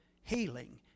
healing